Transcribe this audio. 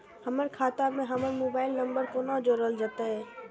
हमर खाता मे हमर मोबाइल नम्बर कोना जोरल जेतै?